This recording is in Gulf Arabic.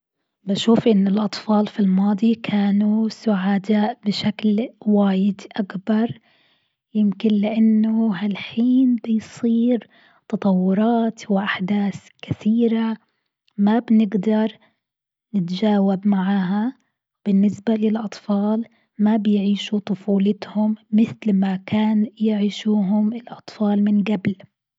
بشوف أن الأطفال في الماضي كانوا سعداء بشكل واجد أكبر، يمكن لأنه هالحين بيصير تطورات وأحداث كثيرة ما بنقدر نتجاوب معاها، بالنسبة لي الأطفال ما بيعيشوا طفولتهم مثل ما كان يعيشوهم الأطفال من قبل.